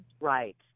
Right